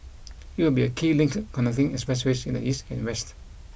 it will be a key link connecting expressways in the east and west